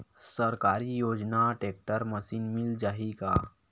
सरकारी योजना tractor machine मिल जाही का?